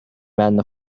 بنده